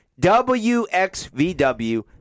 WXVW